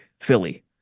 Philly